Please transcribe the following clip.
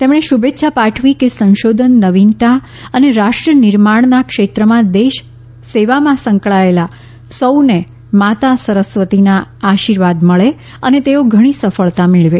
તમણે શુભેચ્છા પાઠવી કે સંશોધન નવીનતા અને રાષ્ટ્ર નિર્માણના ક્ષેત્રમાં દેશ સેવામાં સંકળાયેલા સૌને માતા સરસ્વતીના આશીર્વાદ મળે અને તેઓ ઘણી સફળતા મેળવે